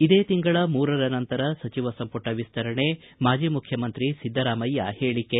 ಇದೇ ತಿಂಗಳ ಮೂರರ ನಂತರ ಸಚಿವ ಸಂಪುಟ ವಿಸ್ತರಣೆ ಮಾಜಿ ಮುಖ್ಯಮಂತ್ರಿ ಸಿದ್ದರಾಮಯ್ಯ ಹೇಳಕೆ